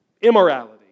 immorality